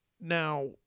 Now